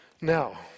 Now